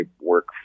work